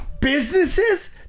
businesses